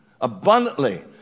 abundantly